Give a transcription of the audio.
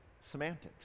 semantics